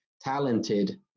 talented